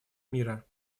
мира